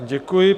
Děkuji.